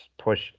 push